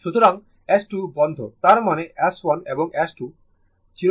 সুতরাং S 2 বন্ধ তার মানে S1 এবং S 2 চিরকালের জন্য বন্ধ রয়েছে